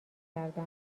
کردم